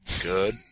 Good